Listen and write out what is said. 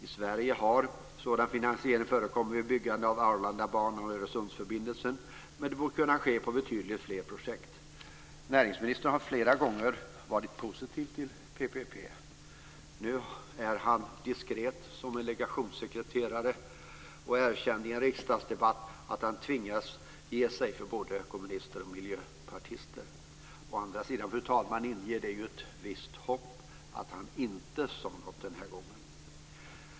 I Sverige har sådan finansiering förekommit vid byggandet av Arlandabanan och Öresundsförbindelsen, men det borde kunna ske vid betydligt fler projekt. Näringsministern har flera gånger varit positiv till PPP. Nu är han diskret som en legationssekreterare och erkände i en riksdagsdebatt att han tvingas ge sig för både kommunister och miljöpartister. Å andra sidan, fru talman, inger det ju ett visst hopp att han inte sade något den här gången.